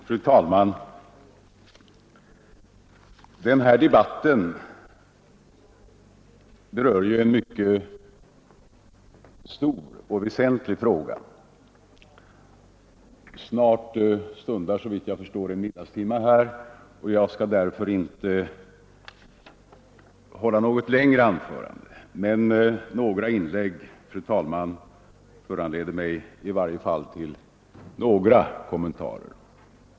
Fru talman! Denna debatt berör ju en mycket stor och väsentlig fråga. Snart stundar emellertid såvitt jag förstår en middagstimme och jag skall därför inte hålla något längre anförande, men några inlägg föranleder mig i varje fall till ett par kommentarer.